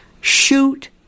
shoot